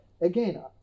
again